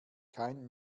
kein